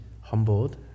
humbled